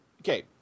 okay